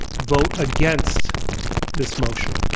vote against this motion.